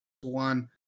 One